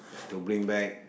to bring back